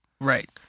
Right